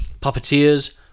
puppeteers